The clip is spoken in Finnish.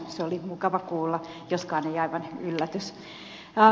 se oli mukava kuulla joskaan ei aivan yllätys